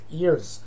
ears